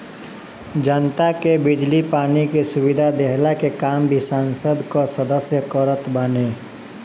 जनता के बिजली पानी के सुविधा देहला के काम भी संसद कअ सदस्य करत बाने